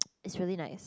is really nice